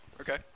Okay